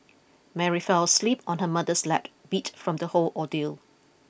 Mary fell asleep on her mother's lap beat from the whole ordeal